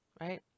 right